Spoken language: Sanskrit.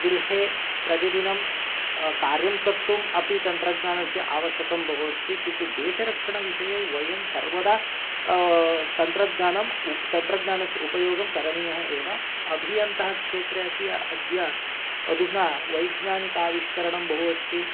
गृहे प्रतिदिनं कार्यं कर्तुम् अपि तन्त्रज्ञानस्य आवश्यकं बहु अस्ति किन्तु देशरक्षणविषये वयं सर्वदा तन्त्रज्ञानं तन्त्रज्ञानस्य उपयोगम् करणीयम् एव अभियन्तः क्षेत्रे अपि अद्य अधुना वैज्ञानिक आविष्करणं बहु अस्ति